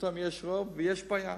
ופתאום יש רוב ויש בעיה